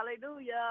Hallelujah